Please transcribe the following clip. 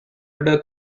order